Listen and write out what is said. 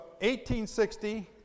1860